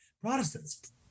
Protestants